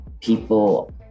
people